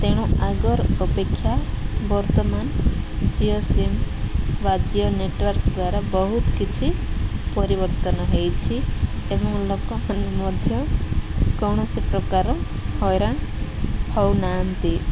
ତେଣୁ ଆଗର୍ ଅପେକ୍ଷା ବର୍ତ୍ତମାନ ଜିଓ ସିମ୍ ବା ଜିଓ ନେଟୱାର୍କ ଦ୍ୱାରା ବହୁତ କିଛି ପରିବର୍ତ୍ତନ ହେଇଛି ଏବଂ ଲୋକମାନେ ମଧ୍ୟ କୌଣସି ପ୍ରକାର ହଇରାଣ ହଉନାହାନ୍ତି